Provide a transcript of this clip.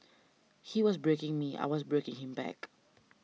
he was breaking me I was breaking him back